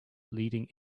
leading